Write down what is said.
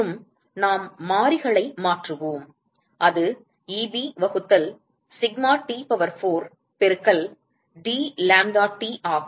மற்றும் நாம் மாறிகளை மாற்றுவோம் அது Eb வகுத்தல் சிக்மா T பவர் 4 பெருக்கல் dlambdaT ஆகும்